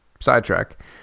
sidetrack